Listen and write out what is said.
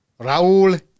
Raul